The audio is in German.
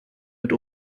mit